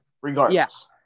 regardless